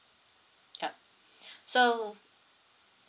yup so